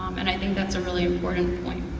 um and i think that's a really important point.